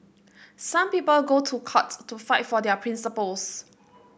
some people go to court to fight for their principles